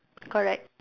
correct